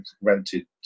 rented